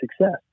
success